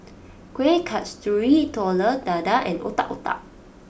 Kueh Kasturi Telur Dadah and Otak Otak